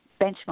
benchmark